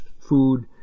food